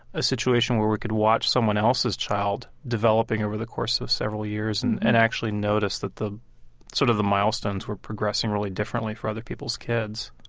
a situation where we could watch someone else's child developing over the course of several years and and actually notice that the sort of the milestones were progressing really differently for other people's kids